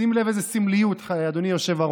שים לב איזו סמליות, אדוני היושב-ראש.